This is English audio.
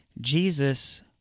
Jesus